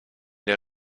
der